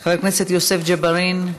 חבר הכנסת יוסף ג'בארין,